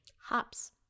hops